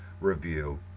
review